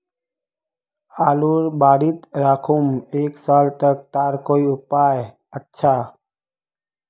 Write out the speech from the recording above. आलूर बारित राखुम एक साल तक तार कोई उपाय अच्छा?